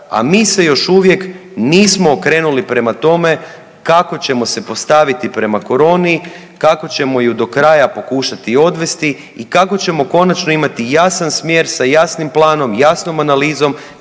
a mi se još uvijek nismo okrenuli prema tome kako ćemo se postaviti prema koroni, kako ćemo ju do kraja pokušati odvesti i kako ćemo konačno imati jasan smjer sa jasnim planom, jasnom analizom,